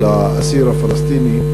של האסיר הפלסטיני,